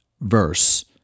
verse